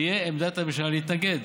תהיה עמדת הממשלה להתנגד.